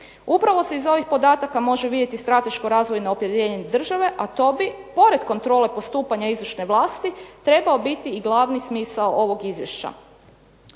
Upravo se iz ovih podataka može vidjeti strateško razvojno opredjeljenje države, a to bi pored kontrole postupanja izvršne vlasti trebao biti i glavni smisao ovog Izvješća.